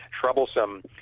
troublesome